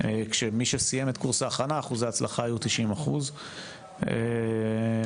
כשמי שסיים את קורס ההכנה אחוזי ההצלחה היו 90%. לכן,